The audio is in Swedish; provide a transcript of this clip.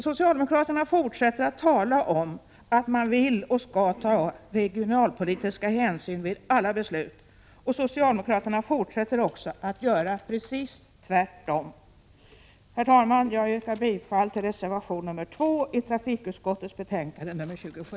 Socialdemokraterna fortsätter att tala om att man vill och skall ta regionalpolitiska hänsyn vid alla beslut. Socialdemokraterna fortsätter emellertid att göra precis tvärtom. Herr talman! Jag yrkar bifall till reservation nr 2 i trafikutskottets betänkande nr 27.